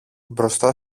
μπροστά